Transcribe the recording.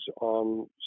on